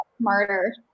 smarter